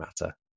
matter